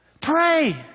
Pray